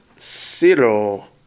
Zero